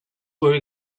were